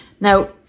Now